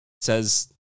says